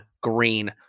Green